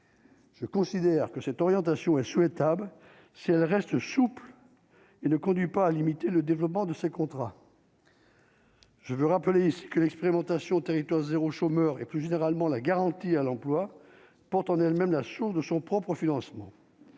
Je considère que cette orientation est souhaitable si elle reste souple et ne conduit pas à limiter le développement de ces contrats. Je veux rappeler que l'expérimentation territoire zéro chômeur et plus généralement la garantie à l'emploi pour en elle-même la chance de son propre financement,